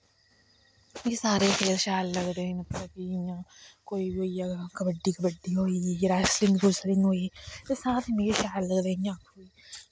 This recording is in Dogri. मिगी सारे गै शैल लगदे न मतलव की इयां कोई बी होइया जियां कब्बडी कब्बडी होई रैसलिंग रुसलिंग होई एह् सारे मिगी शैल लगदे इयां